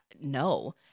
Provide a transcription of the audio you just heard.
no